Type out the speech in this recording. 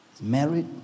married